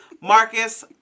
Marcus